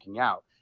out